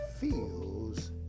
Feels